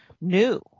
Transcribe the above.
new